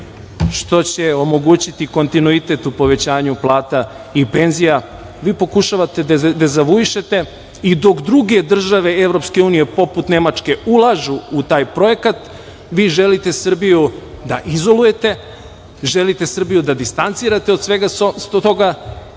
što će omogućiti kontinuitet u povećanju plata i penzija, vi pokušavate da dezavuišete i dok druge države Evropske unije, poput Nemačke, ulažu u taj projekat, vi želite Srbiju da izolujete, želite Srbiju da distancirate od svega toga